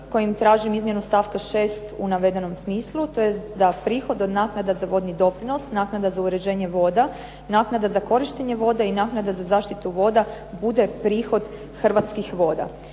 kojim tražim izmjenu stavka 6. u navedenom smislu, tj. da prihod od naknada za vodni doprinos, naknada za uređenje voda, naknada za korištenje voda, i naknada za zaštitu voda bude prihod Hrvatskih voda.